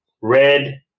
red